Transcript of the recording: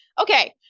Okay